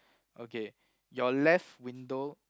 okay your left window